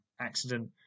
accident